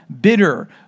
bitter